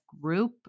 group